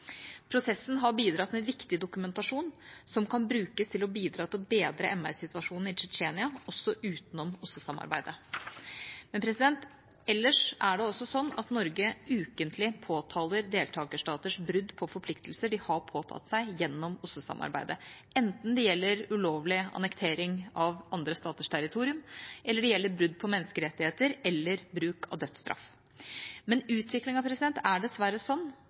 Prosessen har bidratt med viktig dokumentasjon som kan brukes til å bidra til å bedre MR-situasjonen i Tsjetsjenia, også utenom OSSE-samarbeidet. Men ellers er det også sånn at Norge ukentlig påtaler deltakerstaters brudd på forpliktelser de har påtatt seg gjennom OSSE-samarbeidet, enten det gjelder ulovlig annektering av andre staters territorium, eller det gjelder brudd på menneskerettigheter eller bruk av dødsstraff. Utviklingen er dessverre